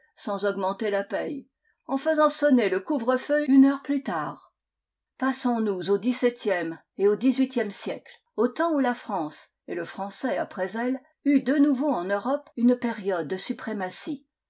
sans augmenter la paye en faisant sonner le couvre-feu une heure plus tard passons-nous au dix-septième et au dixhuitième siècles au temps où la france et le français après elle eut de nouveau en europe une période de suprématie